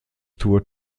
tour